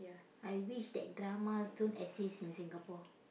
I wish that dramas don't exist in Singapore